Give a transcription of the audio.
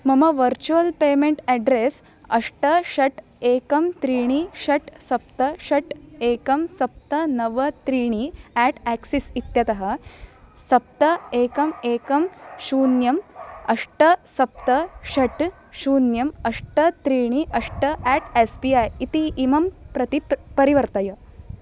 मम virtual payment address अष्ट षट् एकं त्रीणि षट् सप्त षट् एकं सप्त नव त्रीणि एट् एक्सिस् इत्यतः सप्त एकं एकं शून्यं अष्ट सप्त षट् शून्यं अष्ट त्रीणि अष्ट एट् एस् बि ऐ इति इमं प्रति परिवर्तय